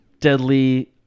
Deadly